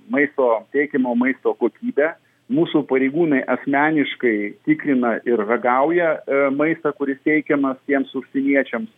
maisto teikiamo maisto kokybę mūsų pareigūnai asmeniškai tikrina ir ragauja maistą kuris teikiamas tiems užsieniečiams